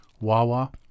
Wawa